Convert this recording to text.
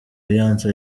alliance